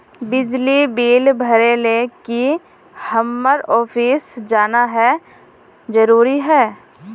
बिजली बिल भरे ले की हम्मर ऑफिस जाना है जरूरी है?